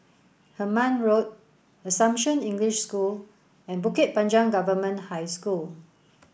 Hemmant Road Assumption English School and Bukit Panjang Government High School